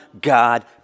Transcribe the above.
God